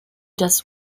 das